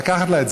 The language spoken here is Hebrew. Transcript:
לקחת לה את זה.